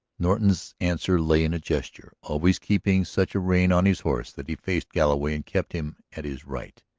norton's answer lay in a gesture. always keeping such a rein on his horse that he faced galloway and kept him at his right,